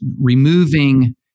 removing